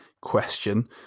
question